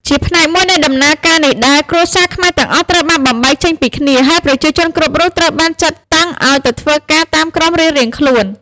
ជាផ្នែក មួយនៃដំណើរការនេះដែរ គ្រួសារខ្មែរទាំងអស់ត្រូវបានបំបែកចេញពីគ្នា ហើយប្រជាជនគ្រប់រូបត្រូវបានចាត់តាំងឱ្យទៅ ធ្វើការតាមក្រុមរៀងៗខ្លួន ។